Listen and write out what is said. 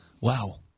Wow